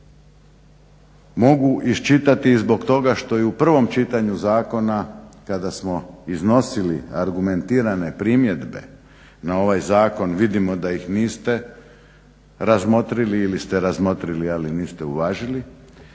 Mogu iščitati zbog toga što i u prvom čitanju zakona kada smo iznosili argumentirane primjedbe na ovaj zakon vidimo da ih niste razmotrili, ili ste razmotrili, ali niste uvažili